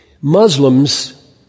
Muslims